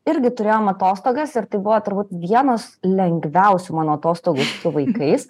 irgi turėjom atostogas ir tai buvo turbūt vienos lengviausių mano atostogų su vaikais